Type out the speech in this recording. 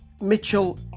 Mitchell